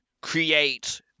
create